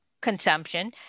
consumption